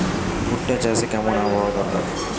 ভুট্টা চাষে কেমন আবহাওয়া দরকার?